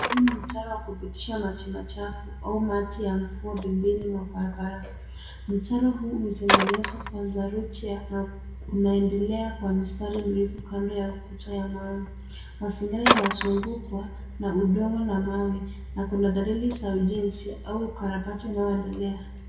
Huu ni mtaro wa kupitisha maji machafu au maji ya mvua pembeni ya barabara. Mtaro huu umetengenezwa kwa saruji na unaendelea kwa mstari mrefu kando ya ukuta ya mawe. Mazingira yanazungukwa na udongo na mawe, na kuna dalili za ujenzi au ukarabati unaoendelea.